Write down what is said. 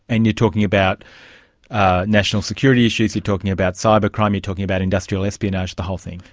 and you're talking about national security issues, you're talking about cyber crime, you're talking about industrial espionage, the whole thing?